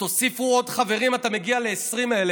תוסיפו עוד חברים, אתה מגיע ל-20,000.